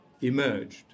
emerged